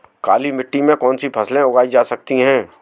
काली मिट्टी में कौनसी फसलें उगाई जा सकती हैं?